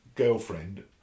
girlfriend